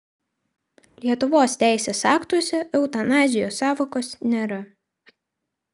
lietuvos teisės aktuose eutanazijos sąvokos nėra